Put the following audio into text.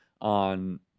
on